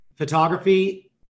Photography